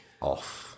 off